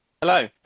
Hello